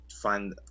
find